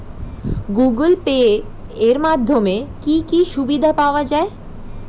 Google Pay এর মাধ্যমে কি কি সুবিধা পাওয়া যায়?